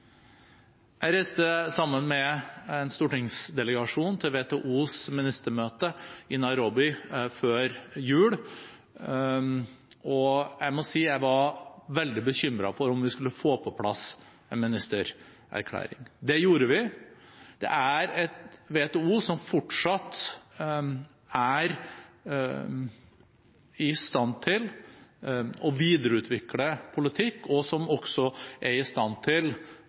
Jeg reiste sammen med en stortingsdelegasjon til WTOs ministermøte i Nairobi før jul, og jeg må si at jeg var veldig bekymret for om vi skulle få på plass en ministererklæring. Det gjorde vi. Det er et WTO som fortsatt er i stand til å videreutvikle politikk, og som også er i stand til